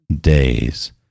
days